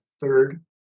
third